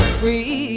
free